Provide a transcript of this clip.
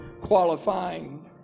qualifying